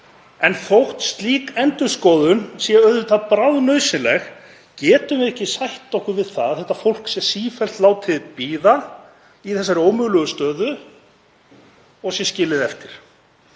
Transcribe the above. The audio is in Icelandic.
en þótt slík endurskoðun sé auðvitað bráðnauðsynleg getum við ekki sætt okkur við að þetta fólk sé sífellt látið bíða í þessari ómögulegu stöðu og skilið eftir.